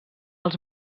els